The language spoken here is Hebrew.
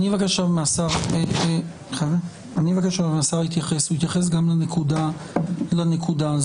אני מבקש מהשר להתייחס גם לנקודה הזו.